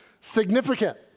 significant